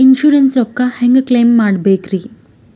Insurance ರೊಕ್ಕ ಹೆಂಗ claim ಮಾಡ್ಬೇಕ್ರಿ?